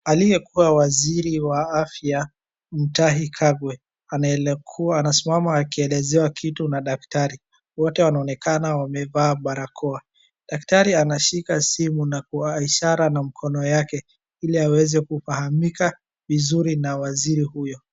Aliyekuwa waziri wa afya Mutahi Kagwe anaelekuwa anasimama akielezewa kitu na daktari, wote wanaonekana wamevaa barakoa, Daktari anashika simu na kwa ishara na mkono yake ili aweze kufahamika vizuri na waziri huyo.